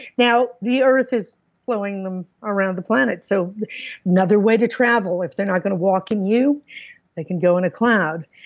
now, the earth is flowing them around the planet, so another way to travel. if they're not going to walk in you they can go in a cloud.